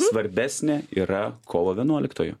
svarbesnė yra kovo vienuoliktoji